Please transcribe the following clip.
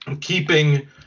Keeping